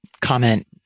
comment